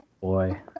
boy